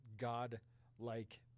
God-like